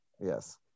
yes